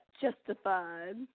Justified